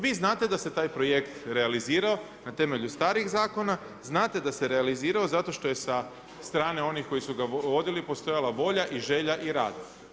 Vi znate da se taj projekt realizirao na temelju starih zakona, znate da se realizirao zato što je sa strane onih koji su ga vodili postojala volja i želja i rad.